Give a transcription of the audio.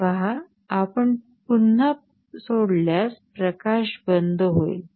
हे पहा आपण पुन्हा सोडल्यास प्रकाश बंद होईल